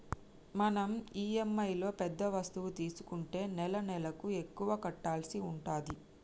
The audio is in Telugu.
మనం ఇఎమ్ఐలో పెద్ద వస్తువు తీసుకుంటే నెలనెలకు ఎక్కువ కట్టాల్సి ఉంటది